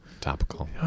Topical